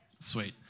Sweet